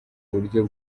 buryo